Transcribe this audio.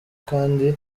kandi